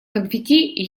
конфетти